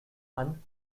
and